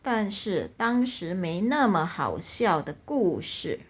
但是当时没那么好笑的故事